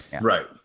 right